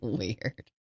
weird